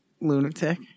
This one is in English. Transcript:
lunatic